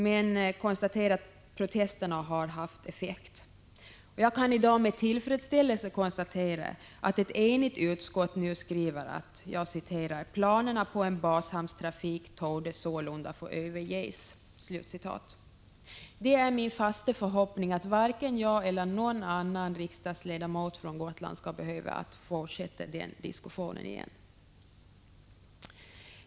Jag konstaterar bara med tillfredsställelse att protesterna har haft effekt och att ett enhälligt utskott nu skriver: ”Planerna på en bashamnstrafik ——— torde sålunda få överges.” Det är min fasta förhoppning att varken jag eller någon annan riksdagsledamot från Gotland skall behöva ställas inför den diskussionen igen.